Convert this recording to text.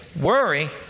Worry